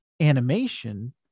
animation